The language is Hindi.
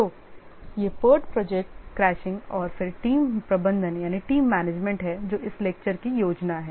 तो ये PERT प्रोजेक्ट क्रैशिंग और फिर टीम प्रबंधन हैं जो इस व्याख्यान की योजना है